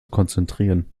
konzentrieren